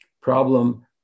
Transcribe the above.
problem